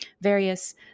various